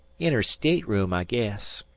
in her state-room, i guess.